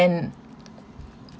and